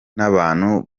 n’abantu